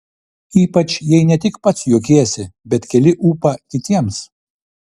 ypač jei ne tik pats juokiesi bet keli ūpą kitiems